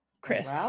Chris